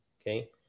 okay